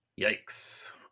Yikes